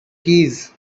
keys